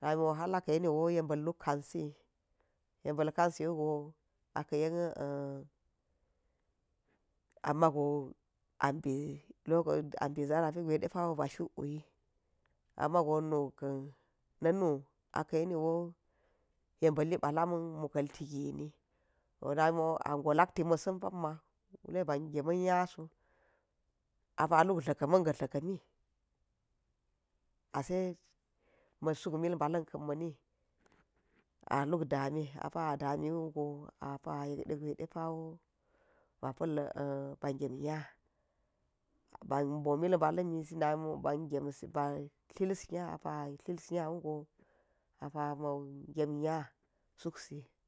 namiwo hal a ka̱ yeni wo yeba̱l la̱k kansi yeba̱l kansi wugo ammago mbi zarati gude depawo ba shuk u wi, am mago nu ka̱n na̱ nu a ka̱ ye niwo wo ye ba̱li ba lam kan ti gini to na miya a ngo lak to misin pamma nkwule ba ngemin nya so apa luk ka̱ man ga̱ dla̱ka̱mi ase suk mill ba̱la̱n kan ma̱ ni a luk dami apa a dami wugo apa yet de gwe de pawo ba pa̱l ba ngem nya ba mbo, namo ba gemsi ba tlasi nya ba tlasiya wo go apa ma̱ gem nya suk si.